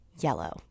yellow